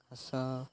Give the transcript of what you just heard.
ଘାସ